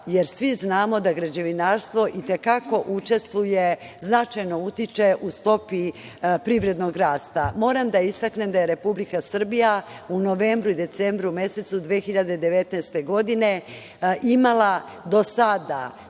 jer svi znamo da građevinarstvo i te kako učestvuje i značajno utiče u stopi privrednog rasta. Moram da istaknem da je Republika Srbija u novembru i decembru mesecu 2019. godine imala do sada